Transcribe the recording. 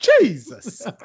Jesus